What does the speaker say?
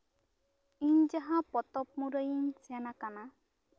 ᱤᱧ ᱡᱟᱦᱟᱸ ᱯᱚᱛᱚᱵ ᱢᱩᱨᱟᱹᱭ ᱤᱧ ᱥᱮᱱ ᱟᱠᱟᱱᱟ